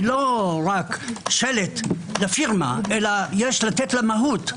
היא לא רק שלט, פירמה, אלא יש לתת לה מהות.